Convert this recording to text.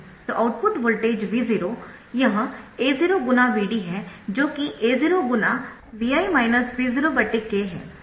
तो output voltage V0A0 Vd है जो कि A0 Vi V0 k है